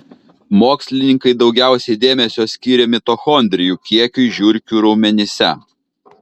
mokslininkai daugiausiai dėmesio skyrė mitochondrijų kiekiui žiurkių raumenyse